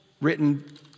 written